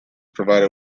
provided